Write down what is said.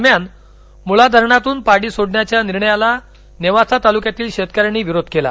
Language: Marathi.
दरम्यान मुळा धरणातून पाणी सोडण्याच्या निर्णयाला नेवासा तालुक्यातील शेतकऱ्यांनी विरोध केला